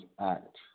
Act